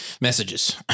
messages